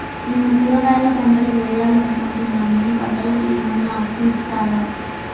నేను కూరగాయల పంటలు వేయాలనుకుంటున్నాను, ఈ పంటలకు ఏమన్నా అప్పు ఇస్తారా?